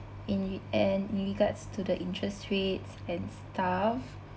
in the end in regards to the interest rates and stuff